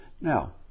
Now